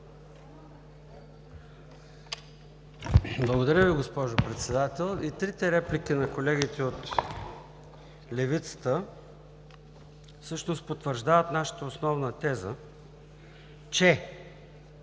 Благодаря Ви, госпожо Председател. И трите реплики на колегите от левицата всъщност потвърждават нашата основна теза, че